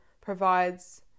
provides